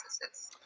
processes